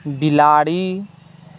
बिलाड़ि